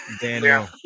Daniel